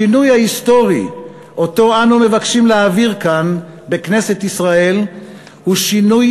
השינוי ההיסטורי שאנו מבקשים להעביר כאן בכנסת ישראל הוא שינוי